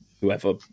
whoever